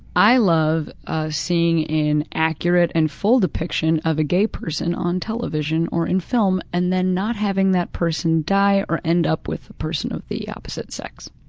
i love ah seeing an accurate and full depiction of a gay person on television or in film and then not having that person die or end up with a person of the opposite sex.